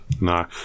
No